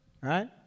right